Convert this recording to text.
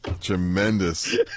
Tremendous